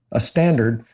a standard,